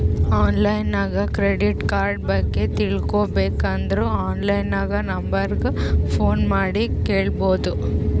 online ನಾಗ್ credit card ಬಗ್ಗೆ ತಿಳ್ಕೋಬೇಕ್ ಅಂದುರ್ ಆನ್ಲೈನ್ ನಾಗ್ ನಂಬರ್ ಗ ಫೋನ್ ಮಾಡಿ ಕೇಳ್ಬೋದು